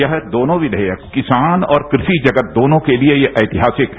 यह दोनों विधेयक किसान और कृषि जगत दोनों के लिए ये ऐतिहासिक है